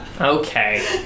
Okay